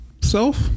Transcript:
Self